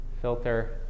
filter